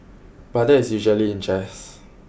but that is usually in jest